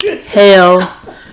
Hell